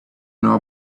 know